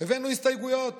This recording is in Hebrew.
הבאנו הסתייגויות